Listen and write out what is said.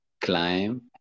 climb